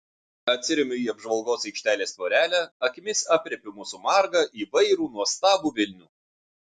atsiremiu į apžvalgos aikštelės tvorelę akimis aprėpiu mūsų margą įvairų nuostabų vilnių